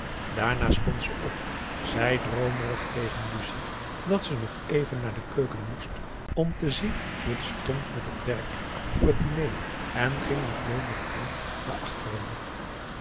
daarna stond ze op zei droomerig tegen lucie dat ze nog even naar de keuken moest om te zien hoe het stond met t werk voor het diner en ging met loomen tred naar achter